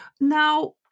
now